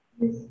Yes